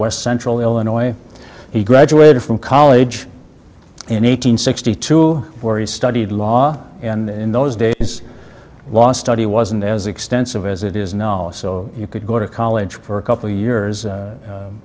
west central illinois he graduated from college in eight hundred sixty two where he studied law and in those days last study wasn't as extensive as it is now so you could go to college for a couple years